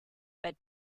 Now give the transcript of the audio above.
but